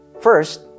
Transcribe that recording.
First